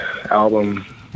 album